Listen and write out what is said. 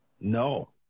No